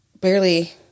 barely